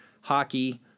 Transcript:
hockey-